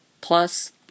Plus